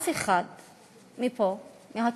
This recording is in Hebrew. אף אחד מפה, מהכנסת,